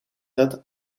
dat